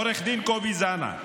עו"ד קובי זאנה.